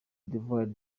d’ivoire